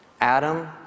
Adam